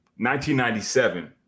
1997